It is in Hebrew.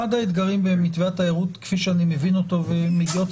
אחד האתגרים במתווה התיירות כפי שאני מבין ומגיעות